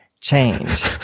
change